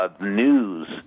news